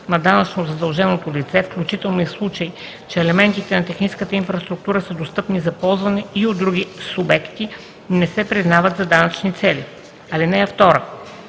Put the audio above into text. на данъчно задълженото лице, включително и в случай, че елементите на техническата инфраструктура са достъпни за ползване и от други субекти не се признават за данъчни цели. (2) За